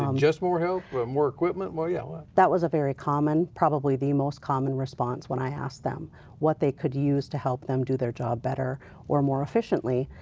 um just more help? but more equipment? yeah that was a very common, probably the most common response when i asked them what they could use to help them do their job better or more efficiently.